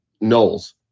Knowles